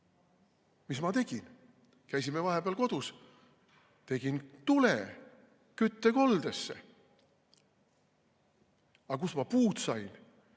Mis ma tegin? Käisime vahepeal kodus, tegin tule küttekoldesse. Aga kust ma puud sain?